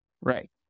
Right